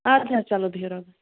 اَدٕ حظ چلو بیٚہِو رۄبَس